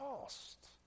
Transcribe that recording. lost